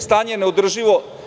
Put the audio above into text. Stanje je neodrživo.